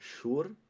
sure